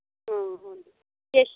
ಹ್ಞೂ ಹ್ಞೂ ಎಷ್ಟ್